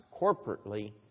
corporately